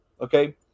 okay